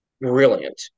Brilliant